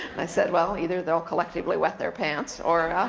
i said, well, either they'll collectively wet their pants, or